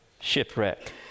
shipwreck